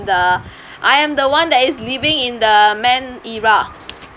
the I am the one that is living in the main era